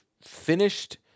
Finished